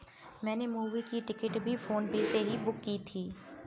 मैंने मूवी की टिकट भी फोन पे से ही बुक की थी